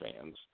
fans